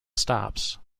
stops